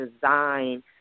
design